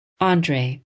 Andre